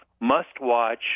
must-watch